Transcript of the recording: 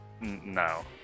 No